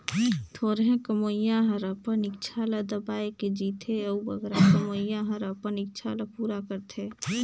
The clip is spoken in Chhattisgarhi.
थोरहें कमोइया हर अपन इक्छा ल दबाए के जीथे अउ बगरा कमोइया हर अपन इक्छा ल पूरा करथे